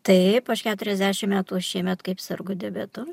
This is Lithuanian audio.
taip aš keturiasdešimt metų šiemet kaip sergu diabetu